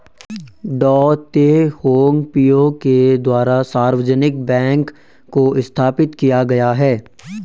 डॉ Teh Hong Piow के द्वारा सार्वजनिक बैंक को स्थापित किया गया है